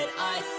i